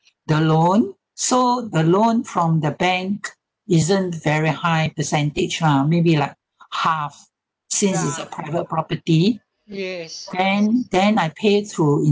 the loan so the loan from the bank isn't very high percentage ah maybe like half since is a private property and then I pay through